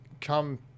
come